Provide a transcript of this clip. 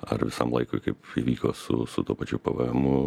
ar visam laikui kaip įvyko su su tuo pačiu pvmu